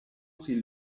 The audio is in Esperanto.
pri